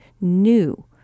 new